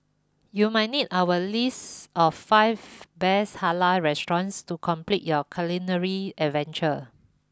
you might need our list of five best Halal restaurants to complete your culinary adventure